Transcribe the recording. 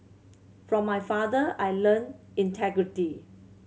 from my father I learnt integrity